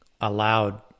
allowed